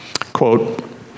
Quote